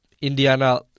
Indiana